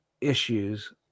Issues